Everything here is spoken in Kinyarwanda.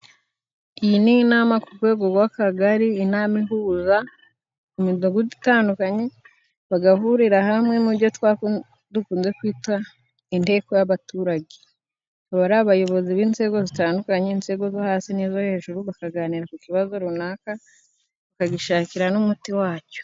Iyi ni inama ku rwego rw'akagari. Inama ihuza imidugudu itandukanye, bagahurira hamwe mu byo dukunze kwita "inteko y'abaturage ". Aba ari abayobozi b'inzego zitandukanye inzego zo hasi n'izo hejuru ,bakaganira ku kibazo runaka bakagishakira n'umuti wacyo.